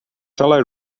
fellow